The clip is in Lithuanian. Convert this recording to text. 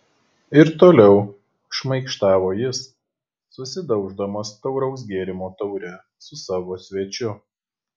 ir toliau šmaikštavo jis susidauždamas tauraus gėrimo taure su savo svečiu